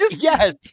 Yes